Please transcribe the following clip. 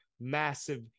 massive